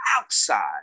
outside